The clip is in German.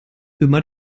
immer